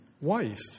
wife